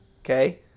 Okay